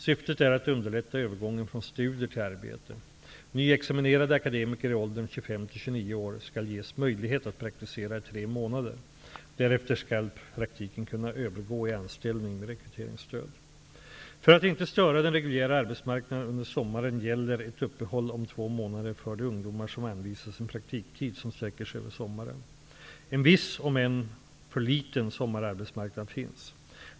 Syftet är att underlätta övergången från studier till arbete. Nyexaminerade akademiker i åldern 25--29 år skall ges möjlighet att praktisera i tre månader. Därefter skall praktiken kunna övergå i anställning med rekryteringsstöd. För att inte störa den reguljära arbetsmarknaden under sommaren gäller ett uppehåll om två månader för de ungdomar som anvisats en praktiktid som sträcker sig över sommaren. En viss, om än för liten, sommararbetsmarknad finns.